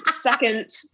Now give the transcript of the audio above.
second